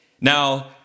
Now